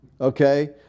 Okay